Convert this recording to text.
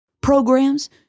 programs